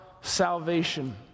salvation